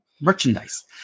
merchandise